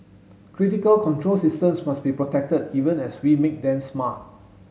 critical control systems must be protected even as we make them smart